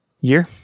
year